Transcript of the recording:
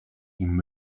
ihm